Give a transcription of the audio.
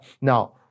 Now